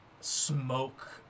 smoke